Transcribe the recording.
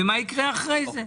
ומה יקרה אחרי זה?